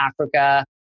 Africa